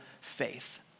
faith